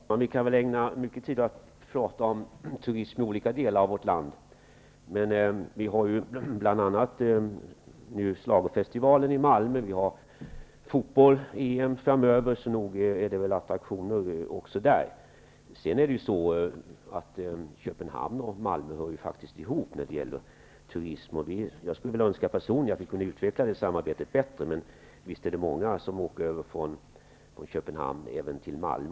Fru talman! Vi kan säkert ägna mycket tid åt diskussioner om olika delar av vårt land. Jag vill framhålla Schlagerfestivalen i Malmö och fotbolls EM som kommer framöver, så nog finns det attraktioner också i Malmö. Vidare hör faktiskt Köpenhamn och Malmö ihop när det gäller turismen. Personligen skulle jag önska att det samarbetet kunde utvecklas ännu mera. Men visst är det många som åker från Köpenhamn till Malmö.